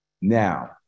Now